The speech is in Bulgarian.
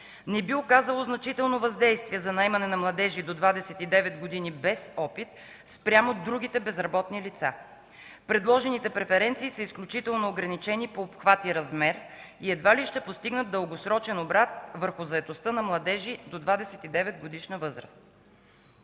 не би оказало значително въздействие за наемане на младежи до 29 години без опит, спрямо другите безработни лица. Предложените преференции са изключително ограничени по обхват и размер и едва ли ще постигнат дългосрочен обрат върху заетостта на младежи до 29-годишна възраст.